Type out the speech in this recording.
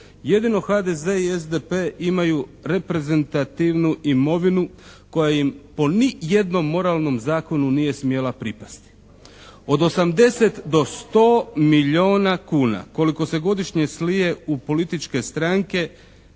Jedino HDZ i SDP imaju reprezentativnu imovinu koja im po nijednom moralnom zakonu nije smjela pripasti. Od 80 do 100 milijuna kuna koliko se godišnje slije u političke stranke